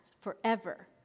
forever